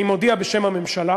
אני מודיע בשם הממשלה,